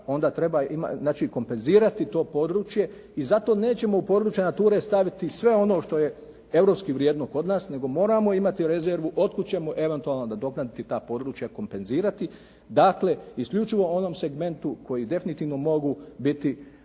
znači kompenzirati to područje i zato nećemo u područja NATURA-e staviti sve ono što je europski vrijedno kod nas, nego moramo imati rezervu od kud ćemo eventualno nadoknaditi ta područja kompenzirati. Dakle, isključivo u onom segmentu koji definitivno mogu biti